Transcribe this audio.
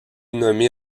nommée